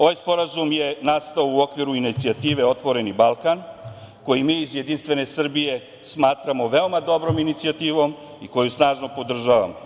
Ovaj sporazum je nastao u okviru inicijative „Otvoreni Balkan“, koji mi iz Jedinstvene Srbije smatramo veoma dobrom inicijativom i koju snažno podržavamo.